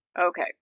Okay